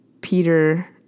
Peter